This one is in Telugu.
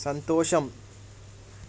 సంతోషం